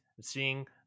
seeing